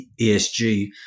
ESG